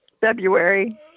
February